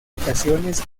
ocasiones